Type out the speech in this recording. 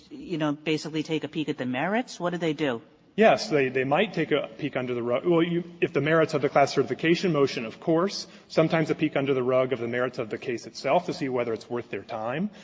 you know, basically take a peek at the merits? what did they do? fisher yes. they they might take a peek under the well, you if the merits of the class-certification motion, of course. sometimes a peek under the rug of the merits of the case itself to see whether it's worth their time,